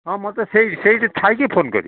ହଁ ମୋତେ ସେଇ ସେଇଠି ଥାଇକି ଫୋନ କରିବ